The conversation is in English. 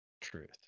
truth